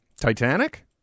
Titanic